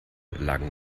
lagen